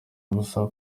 ubusa